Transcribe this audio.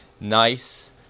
nice